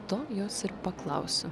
to jos ir paklausiu